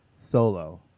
Solo